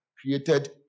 created